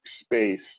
space